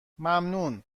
ممنون